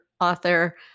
author